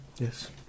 Yes